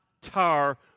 tar